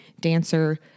dancer